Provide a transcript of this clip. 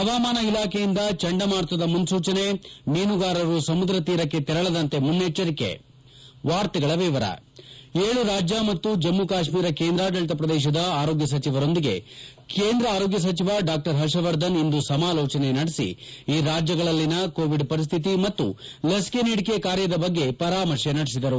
ಹವಾಮಾನ ಇಲಾಖೆಯಿಂದ ಚಂಡಮಾರುತದ ಮುನ್ನೂಚನೆ ಮೀನುಗಾರರು ಸಮುದ್ರ ತೀರಕ್ಕೆ ತೆರಳದಂತೆ ಮುನ್ನೆಚ್ಚರಿಕೆ ಏಳು ರಾಜ್ಯ ಮತ್ತು ಜಮ್ಮ ಕಾಶ್ತೀರ ಕೇಂದ್ರಾಡಳಿತ ಪ್ರದೇಶದ ಆರೋಗ್ಯ ಸಚಿವರೊಂದಿಗೆ ಕೇಂದ್ರ ಆರೋಗ್ಯ ಸಚಿವ ಡಾ ಹರ್ಷವರ್ಧನ್ ಇಂದು ಸಮಾಲೋಚನೆ ನಡೆಸಿ ಈ ರಾಜ್ವಗಳಲ್ಲಿನ ಕೋವಿಡ್ ಪರಿಸ್ತಿತಿ ಮತ್ತು ಲಸಿಕೆ ನೀಡಿಕೆ ಕಾರ್ಯದ ಬಗ್ಗೆ ಪರಾಮರ್ಶೆ ನಡೆಸಿದರು